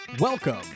Welcome